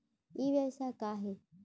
ई व्यवसाय का हे?